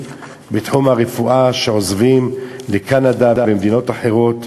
בתחום הרפואה שעוזבים לקנדה ולמדינות אחרות,